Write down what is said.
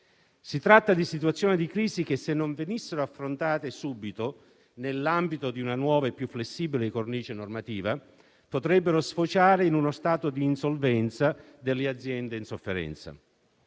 Si tratta di situazioni di crisi che, se non venissero affrontate subito nell'ambito di una nuova e più flessibile cornice normativa, potrebbero sfociare in uno stato di insolvenza delle aziende in sofferenza.